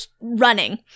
running